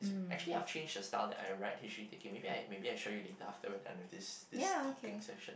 actually I've change the style that I write history taking maybe maybe I show you later after we're done with this this talking session